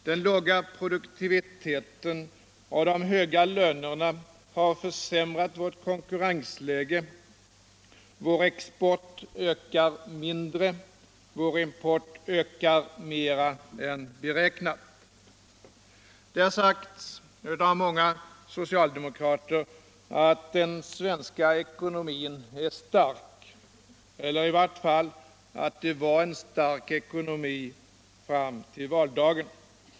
Den låga produktiviteten och de höga lönerna har försämrat vårt konkurrensläge. Vår export ökar mindre och vår import ökar mer än beräknat. Det har sagts av många socialdemokrater att den svenska ekonomin är stark — eller i vart fall att ekonomin var stark fram till valdagen.